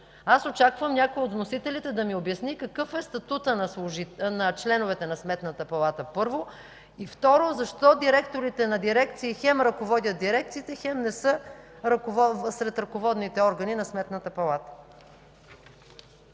Аз очаквам някой от вносителите да ми обясни какъв е статутът на членовете на Сметната палата – първо. И второ, защо директорите на дирекции хем ръководят дирекциите, хем не са сред ръководните органи на Сметната палата?